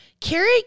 Carrie